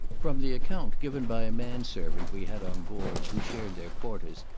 from the account given by a man servant we had on board, who shared their quarters,